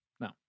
No